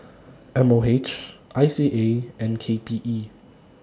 M O H I C A and K P E